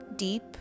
deep